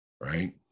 Right